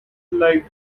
like